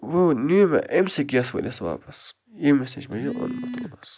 وَنیو مےٚ أمۍ سٕے گیسہٕ وٲلِس واپس ییٚمس نِش مےٚ یہِ اوٚنمُت اوس